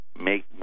make